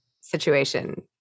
situation